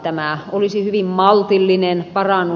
tämä olisi hyvin maltillinen parannus